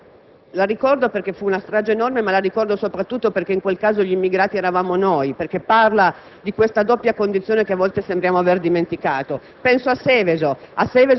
immediatamente. Ricordo Marcinelle, perché fu una strage enorme, ma soprattutto perché in quel caso gli immigrati eravamo noi, perché parla